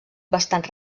bastant